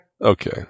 Okay